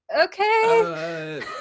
okay